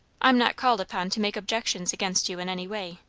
i'm not called upon to make objections against you in any way,